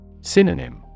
Synonym